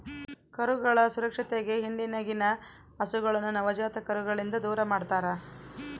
ಕರುಗಳ ಸುರಕ್ಷತೆಗೆ ಹಿಂಡಿನಗಿನ ಹಸುಗಳನ್ನ ನವಜಾತ ಕರುಗಳಿಂದ ದೂರಮಾಡ್ತರಾ